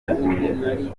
biteguye